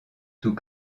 tout